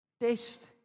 test